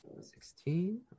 Sixteen